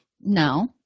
no